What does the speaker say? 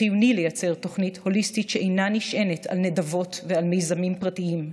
חיוני לייצר תוכנית הוליסטית שאינה נשענת על נדבות ועל מיזמים פרטיים,